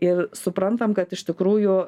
ir suprantam kad iš tikrųjų